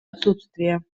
отсутствие